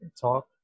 talk